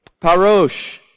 Parosh